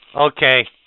Okay